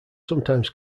sometimes